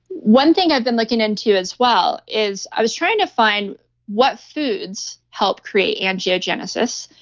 one thing i've been looking into as well is i was trying to find what foods help create angiogenesis,